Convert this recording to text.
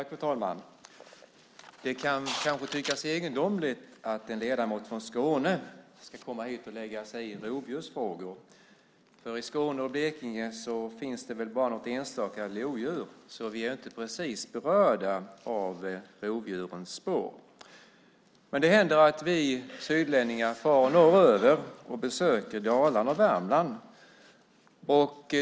Fru talman! Det kan kanske tyckas egendomligt att en ledamot från Skåne ska komma och lägga sig i rovdjursfrågor. I Skåne och Blekinge finns väl bara något enstaka lodjur, så vi är inte precis berörda av rovdjurens spår. Men det händer att vi sydlänningar far norröver och besöker Dalarna och Värmland.